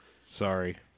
Sorry